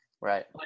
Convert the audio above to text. Right